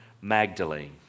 Magdalene